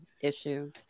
issue